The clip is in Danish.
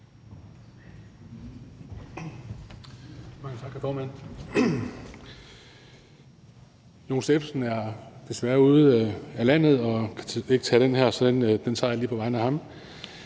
Mange tak, hr. formand. Jon Stephensen er desværre ude af landet og kan ikke tage den her sag, så den tager jeg lige på vegne af ham.